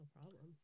problems